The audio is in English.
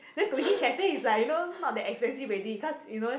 then to him cafe is like you know not that expensive already cause you know